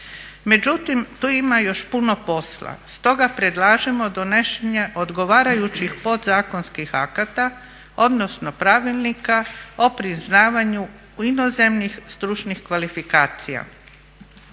Međutim, tu ima još puno posla stoga predlažemo donošenje odgovarajućih podzakonskih akata odnosno pravilnika o priznavanju inozemnih stručnih kvalifikacija.